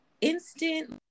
instant